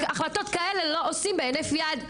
כי החלטות כאלה לא עושים בהינף יד.